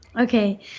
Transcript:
Okay